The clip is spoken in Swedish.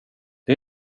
det